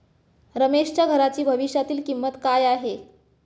रमेशच्या घराची भविष्यातील किंमत काय आहे?